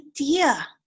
idea